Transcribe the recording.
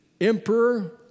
emperor